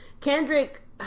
Kendrick